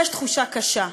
יש תחושה קשה.